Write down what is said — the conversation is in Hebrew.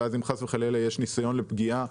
ואז אם חס וחלילה יש ניסיון לפגיעה,